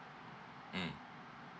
mm